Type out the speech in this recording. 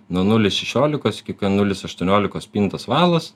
nuo nulio šešiolikos nulis aštuoniolikod pintas valas